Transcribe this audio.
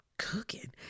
Cooking